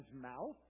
mouth